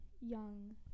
young